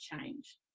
change